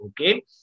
Okay